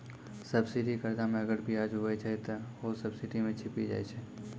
subsidy कर्जा मे अगर बियाज हुवै छै ते हौ सब्सिडी मे छिपी जाय छै